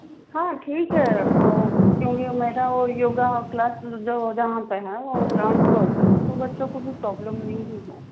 हाँ ठीक है वह क्योंकि मेरा वह योगा क्लास जो जहाँ पर है वह ग्राउण्ड फ़्लोर पर है तो बच्चों को भी प्रॉब्लम नहीं है